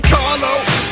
Carlo